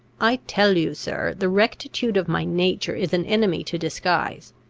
i tell you, sir, the rectitude of my nature is an enemy to disguise.